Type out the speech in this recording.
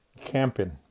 camping